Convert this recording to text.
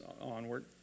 onward